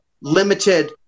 limited